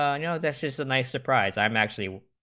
ah and you know this is a nice surprise i'm actually